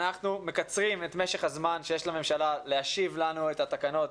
אנחנו מקצרים את משך הזמן שיש לממשלה להשיב לנו את התקנות,